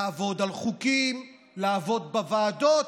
לעבוד על חוקים, לעבוד בוועדות.